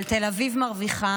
אבל תל אביב מרוויחה.